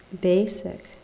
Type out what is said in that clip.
basic